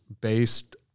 based